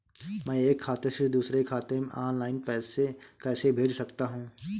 मैं एक खाते से दूसरे खाते में ऑनलाइन पैसे कैसे भेज सकता हूँ?